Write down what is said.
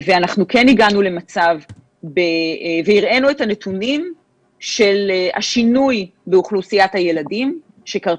הראינו את הנתונים של השינוי באוכלוסיית הילדים שקרה